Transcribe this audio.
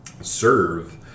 serve